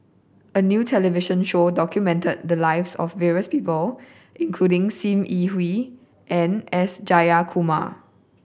a new television show documented the lives of various people including Sim Yi Hui and S Jayakumar